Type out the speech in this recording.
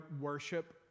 worship